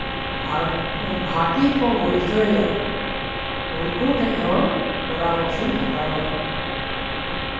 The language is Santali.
ᱵᱷᱟᱜ ᱵᱷᱟᱜᱤ ᱠᱚ ᱦᱩᱭ ᱦᱚᱪᱚᱭᱮᱫᱟ ᱩᱱᱠᱩ ᱴᱷᱮᱡ ᱦᱚᱸ ᱯᱚᱨᱟᱢᱚᱥᱚᱧ ᱦᱟᱛᱟᱣᱟ